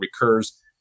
recurs